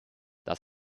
das